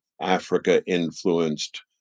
Africa-influenced